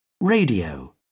Radio